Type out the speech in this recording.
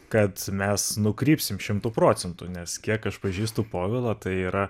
kad mes nukrypsime šimtu procentų nes kiek aš pažįstu povilą tai yra